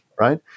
right